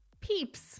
Peeps